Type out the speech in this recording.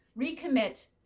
recommit